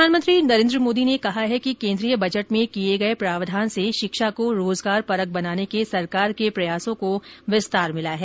प्रधानमंत्री नरेन्द्र मोदी ने कहा है कि केन्द्रीय बजट में किए गए प्रावधान से शिक्षा को रोजगारपरक बनाने के सरकार के प्रयासों को विस्तार मिला है